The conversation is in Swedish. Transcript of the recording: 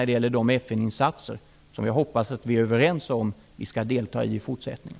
Det gäller också de FN-insatser som jag hoppas att vi är överens om att delta i även i fortsättningen.